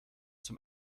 zum